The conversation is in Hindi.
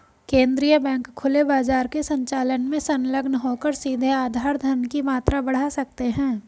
केंद्रीय बैंक खुले बाजार के संचालन में संलग्न होकर सीधे आधार धन की मात्रा बढ़ा सकते हैं